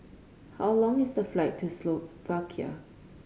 how long is the flight to Slovakia